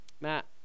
Matt